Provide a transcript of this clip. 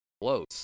close